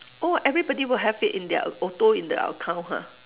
oh everybody will have it in their auto in their account ha